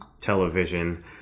television